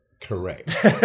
Correct